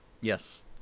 Yes